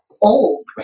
old